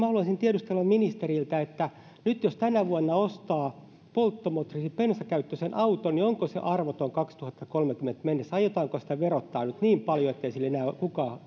haluaisin tiedustella ministeriltä jos nyt tänä vuonna ostaa bensakäyttöisen auton onko se arvoton kaksituhattakolmekymmentä mennessä aiotaanko sitä verottaa nyt niin paljon ettei sillä enää kukaan